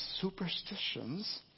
superstitions